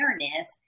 awareness